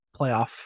playoff